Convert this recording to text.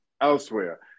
elsewhere